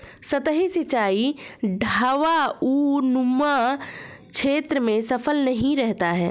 सतही सिंचाई ढवाऊनुमा क्षेत्र में सफल नहीं रहता है